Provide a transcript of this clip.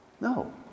no